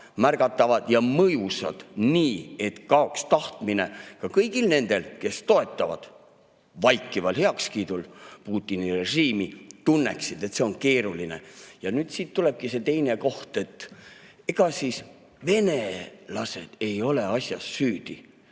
märgatavad ja mõjusad, nii et kaoks tahtmine ka kõigil nendel, kes toetavad vaikival heakskiidul Putini režiimi. Et nad tunneksid, et see on keeruline. Ja nüüd siit tulebki see teine koht. Ega siis venelased ei ole asjas süüdi,